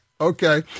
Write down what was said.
Okay